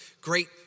Great